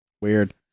weird